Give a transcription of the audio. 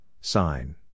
sign